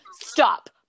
Stop